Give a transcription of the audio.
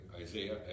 Isaiah